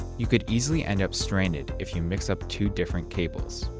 you could easily end up stranded if you mix up two different cables.